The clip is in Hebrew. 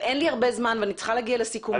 ואין לי הרבה זמן ואני צריכה להגיע לסיכומים.